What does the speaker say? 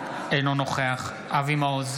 אינו נוכח אבי מעוז,